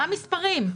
מה המספרים?